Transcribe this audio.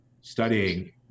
studying